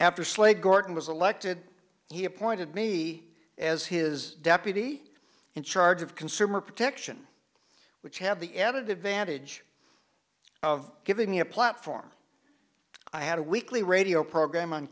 after slade gorton was elected he appointed me as his deputy in charge of consumer protection which have the added advantage of giving me a platform i had a weekly radio program on